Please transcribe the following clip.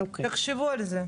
תחשבו על זה.